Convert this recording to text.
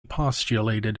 postulated